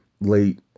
late